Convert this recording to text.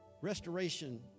restoration